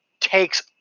takes